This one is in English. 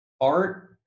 Art